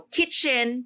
kitchen